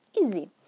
Easy